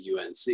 UNC